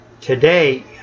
today